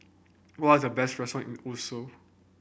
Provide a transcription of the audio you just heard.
what are the best restaurant in Oslo